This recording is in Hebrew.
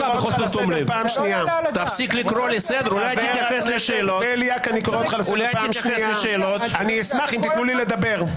עקפת את הייעוץ המשפטי של הכנסת.